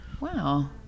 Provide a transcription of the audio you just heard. Wow